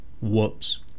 Whoops